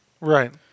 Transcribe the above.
Right